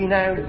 now